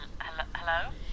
Hello